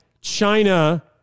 China